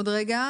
עוד רגע.